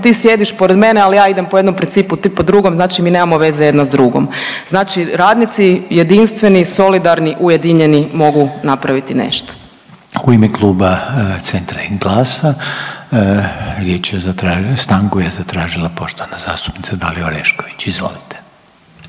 ti sjediš pored mene, ali ja idem po jednom principu ti po drugom znači mi nemamo veze jedna s drugom. Znači radnici jedinstveni i solidarni ujedinjeni mogu napraviti nešto. **Reiner, Željko (HDZ)** U ime kluba Centra i GLAS-a riječ je zatražila stanku je zatražila poštovana zastupnica Dalija Orešković. Izvolite.